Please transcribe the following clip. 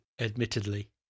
admittedly